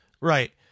right